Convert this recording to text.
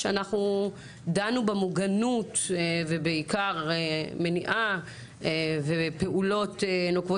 אתמול אנחנו דנו במוגנות ובעיקר מניעה ופעולות נוקבות